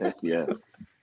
yes